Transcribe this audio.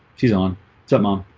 she's on set mom